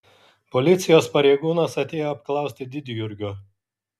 policijos pareigūnas atėjo apklausti didjurgio